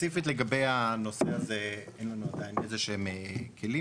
ספציפית לגבי הנושא הזה אין לנו עדיין איזה שהם כלים,